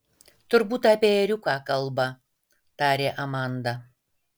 turbūt apie ėriuką kalba tarė amanda